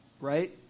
right